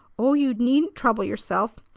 oh, you needn't trouble yourself!